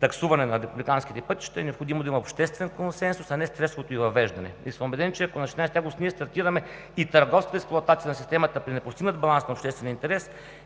таксуване на републиканските пътища, е необходимо да има обществен консенсус, а не стресовото й въвеждане. И сме убедени, че ако на 16 август ние стартираме и търговската експлоатация на системата при непостигнат баланс на обществен интерес,